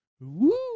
Woo